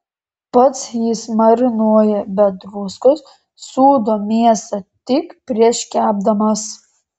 pats jis marinuoja be druskos sūdo mėsą tik prieš kepdamas